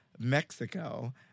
Mexico